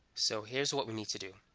so here's what we need to do.